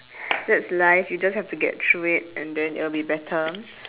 that's life you just have to get through it and then it will be better